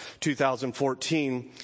2014